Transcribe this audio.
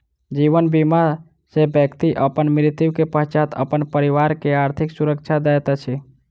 जीवन बीमा सॅ व्यक्ति अपन मृत्यु के पश्चात अपन परिवार के आर्थिक सुरक्षा दैत अछि